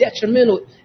detrimental